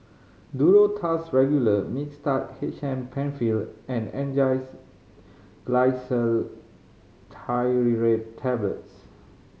Duro Tuss Regular Mixtard H M Penfill and Angised Glyceryl Trinitrate Tablets